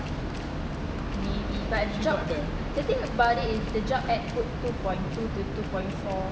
maybe but job the thing about it is the job ad put two point two to two point four